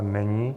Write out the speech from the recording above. Není.